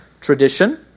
tradition